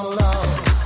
love